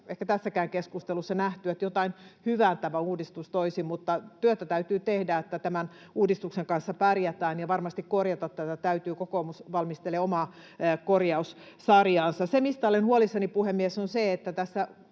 ehkä tässäkään keskustelussa nähty siitä, että jotain hyvää tämä uudistus toisi. Mutta työtä täytyy tehdä, että tämän uudistuksen kanssa pärjätään, ja varmasti tätä täytyy korjata. Kokoomus valmistelee omaa korjaussarjaansa. Se, mistä olen huolissani, puhemies, on se, että tässä